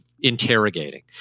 interrogating